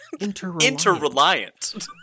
inter-reliant